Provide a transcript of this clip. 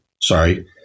Sorry